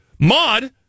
Mod